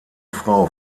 frau